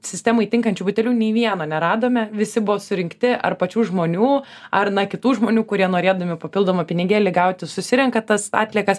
sistemai tinkančių butelių nei vieno neradome visi buvo surinkti ar pačių žmonių ar na kitų žmonių kurie norėdami papildomą pinigėlį gauti susirenka tas atliekas